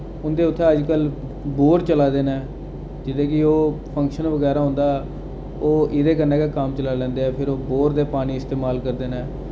उं'दे उत्थै अजकल बोह्र चलै दे न जि'दे कि ओह् फंक्शन बगैरा होंदा ओह् इदे कन्नै गै कम्म चलाई लैंदे फ्ही ओह् बोह्र दे पानी इस्तेमाल करदे न